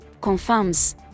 Confirms